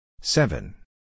Seven